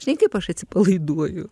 žinai kaip aš atsipalaiduoju